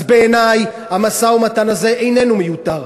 אז בעיני המשא-ומתן הזה איננו מיותר,